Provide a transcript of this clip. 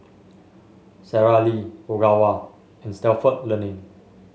Sara Lee Ogawa and Stalford Learning